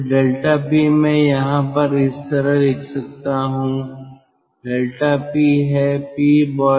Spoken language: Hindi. तो ∆p मैं यहाँ पर इस तरह लिख सकता हूं ∆p है pBoiler pcondenser